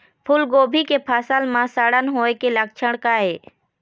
फूलगोभी के फसल म सड़न होय के लक्षण का ये?